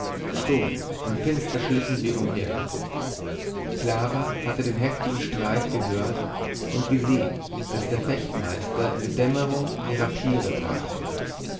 stumm und finster schlichen sie umher clara hatte den heftigen streit gehört und gesehen daß der fechtmeister in der dämmerung die rapiere brachte